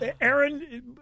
Aaron